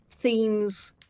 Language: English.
themes